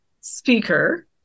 speaker